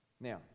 now